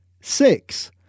Six